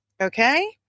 Okay